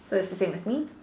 so is the same as me